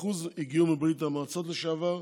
כ-74% הגיעו מברית המועצות לשעבר,